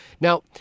Now